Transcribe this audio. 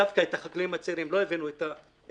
דווקא את החקלאים הצעירים, לא הביאנו את המבוגרים.